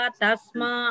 tasma